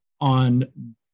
on